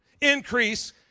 Increase